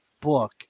book